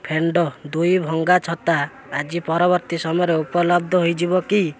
ଫେଣ୍ଡୋ ଦୁଇ ଭଙ୍ଗା ଛତା ଆଜି ପରବର୍ତ୍ତୀ ସମୟରେ ଉପଲବ୍ଧ ହୋଇଯିବ କି